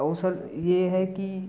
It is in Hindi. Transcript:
आउ सर यह है कि